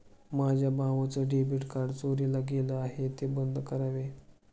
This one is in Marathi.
माझ्या भावाचं डेबिट कार्ड चोरीला गेलं आहे, ते बंद करावे